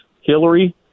Hillary